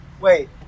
Wait